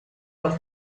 los